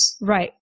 Right